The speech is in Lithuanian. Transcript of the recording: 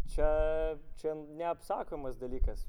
čia čia neapsakomas dalykas